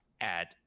add